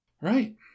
Right